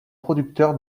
producteur